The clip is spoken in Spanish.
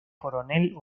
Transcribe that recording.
coronel